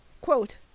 quote